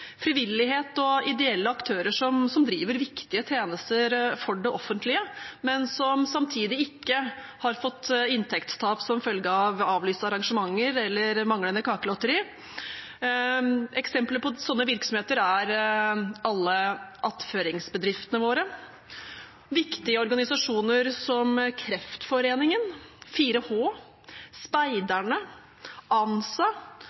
frivillighet og ideelle aktører som driver viktige tjenester for det offentlige, men som samtidig ikke har fått inntektstap som følge av avlyste arrangementer eller manglende kakelotteri – eksempler på sånne virksomheter er alle attføringsbedriftene våre, viktige organisasjoner som Kreftforeningen, 4H, speiderne, ANSA,